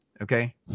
Okay